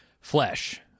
flesh